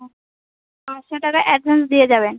ও পাঁচশো টাকা অ্যাডভান্স দিয়ে যাবেন